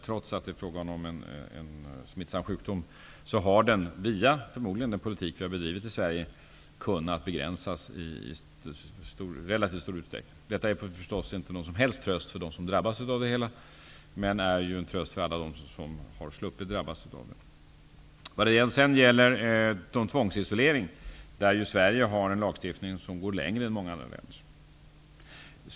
Trots att det är fråga om en smittsam sjukdom har den -- förmodligen via den politik som har bedrivits i Sverige -- kunnat begränsas i relativt stor utsträckning. Detta är förstås inte någon som helst tröst för dem som drabbats av hivsmitta. Men det är en tröst för alla dem som har sluppit att drabbas. När det gäller tvångsisolering, har Sverige en mer långtgående lagstiftning än andra länder.